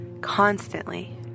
constantly